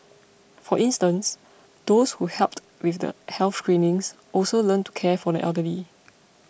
for instance those who helped with the health screenings also learnt to care for the elderly